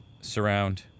surround